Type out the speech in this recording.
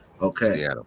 Okay